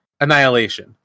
annihilation